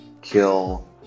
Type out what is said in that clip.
kill